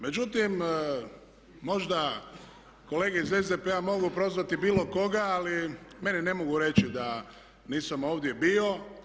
Međutim, možda kolege iz SDP-a mogu prozvati bilo koga ali meni ne mogu reći da nisam ovdje bio.